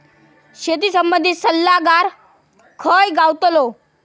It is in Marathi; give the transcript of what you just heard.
शेती संबंधित सल्लागार खय गावतलो?